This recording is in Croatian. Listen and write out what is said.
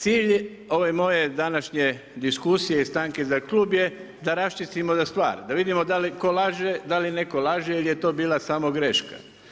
Cilj ove moje današnje diskusije i stanke za klub je da raščistimo stvar, da vidimo tko laže, da li netko laže ili je to bila samo greška.